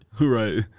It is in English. Right